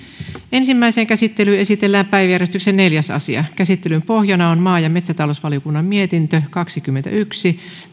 ensimmäiseen käsittelyyn esitellään päiväjärjestyksen neljäs asia käsittelyn pohjana on maa ja metsätalousvaliokunnan mietintö kaksikymmentäyksi